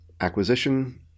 acquisition